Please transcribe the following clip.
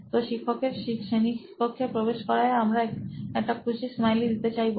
তো শিক্ষকের শ্রেণীকক্ষে প্রবেশ করায় আমরা একটা খুশির স্মাইলি দিতে চাইবো